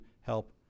help